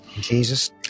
Jesus